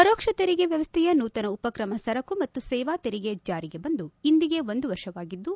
ಪರೋಕ್ಷ ತೆರಿಗೆ ವ್ಲವಸ್ಥೆಯ ನೂತನ ಉಪಕ್ರಮ ಸರಕು ಮತ್ತು ಸೇವಾ ತೆರಿಗೆ ಜಾರಿಗೆ ಬಂದು ಇಂದಿಗೆ ಒಂದು ವರ್ಷವಾಗಿದ್ದು